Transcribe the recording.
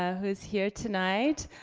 ah who's here tonight.